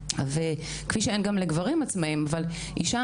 כפי שאין גם לגברים עצמאים אבל אישה